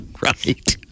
Right